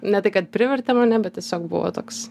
ne tai kad privertė mane bet tiesiog buvo toks